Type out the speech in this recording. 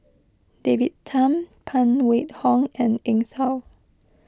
David Tham Phan Wait Hong and Eng Tow